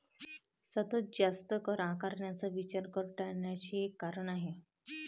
सतत जास्त कर आकारण्याचा विचार कर टाळण्याचे एक कारण आहे